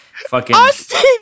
Austin